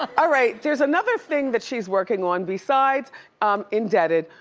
ah alright, there's another thing that she's working on besides indebted,